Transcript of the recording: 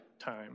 time